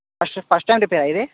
first first time రిపేరా ఇది